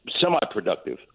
semi-productive